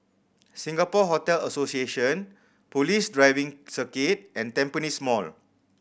Singapore Hotel Association Police Driving Circuit and Tampines Mall